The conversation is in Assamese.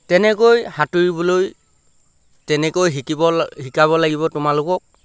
তেনেকৈ সাঁতোৰিবলৈ তেনেকৈ শিকিব শিকাব লাগিব তোমালোকক